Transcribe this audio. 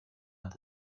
land